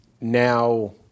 now